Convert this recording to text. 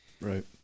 right